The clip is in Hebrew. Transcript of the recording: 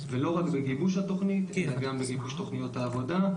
ולא רק בגיבוש התוכנית אלא גם בגיבוש תוכניות העבודה,